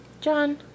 John